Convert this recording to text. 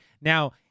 Now